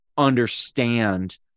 understand